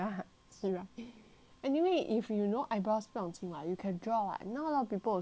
anyway if you no eyebrows 不用紧 [what] you can draw [what] now lot of people also draw eyebrows [one]